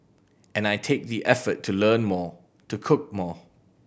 and I take the effort to learn more to cook more